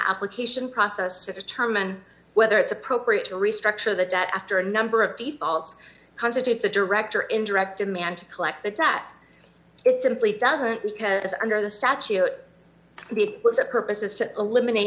application process to determine whether it's appropriate to restructure the debt after a number of defaults constitutes a direct or indirect demand to collect that sat it simply doesn't because under the statute it was the purpose is to eliminate